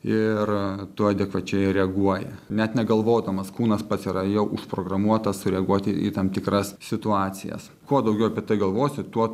ir tu adekvačiai reaguoji net negalvodamas kūnas pats yra jau užprogramuotas sureaguoti į tam tikras situacijas kuo daugiau apie tai galvosi tuo